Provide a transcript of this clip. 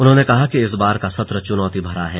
उन्होंने कहा कि इस बार का सत्र चुनौती भरा है